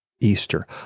Easter